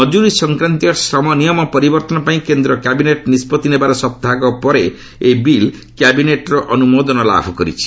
ମଜୁରି ସଂକ୍ରାନ୍ତୀୟ ଶ୍ରମ ନିୟମ ପ୍ରବର୍ଭନ ପାଇଁ କେନ୍ଦ୍ର କ୍ୟାବିନେଟ୍ ନିଷ୍ପଭି ନେବାର ସପ୍ତାହକ ପରେ ଏହି ବିଲ୍ କ୍ୟାବିନେଟ୍ର ଅନୁମୋଦନ ଲାଭ କରିଛି